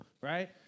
right